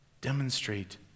demonstrate